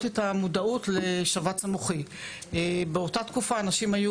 המצוקה הנוירולוגית,